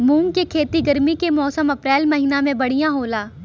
मुंग के खेती गर्मी के मौसम अप्रैल महीना में बढ़ियां होला?